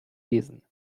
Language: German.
lesen